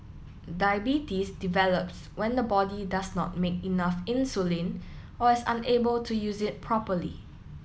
diabetes develops when the body does not make enough insulin or is unable to use it properly